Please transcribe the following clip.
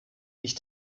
ich